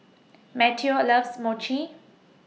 Matteo loves Mochi